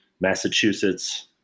Massachusetts